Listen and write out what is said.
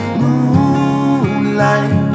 moonlight